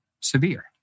severe